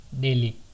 Daily